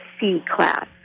C-class